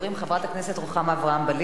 חברת הכנסת רוחמה אברהם-בלילא,